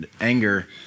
anger